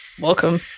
Welcome